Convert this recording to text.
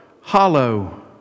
hollow